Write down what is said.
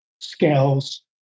scales